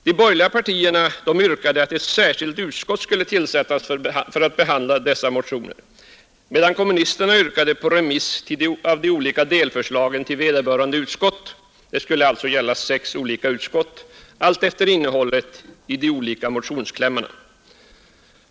De borgerliga partierna yrkade att ett särskilt utskott skulle tillsättas för att behandla dessa motioner, medan kommunisterna yrkade på remiss av de olika delförslagen till vederbörande utskott — det var fråga om sex utskott — alltefter innehållet i de olika motionsklämmarna.